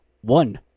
one